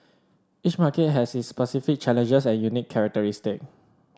each market has its specific challenges and unique characteristics